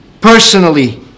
Personally